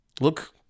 look